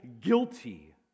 guilty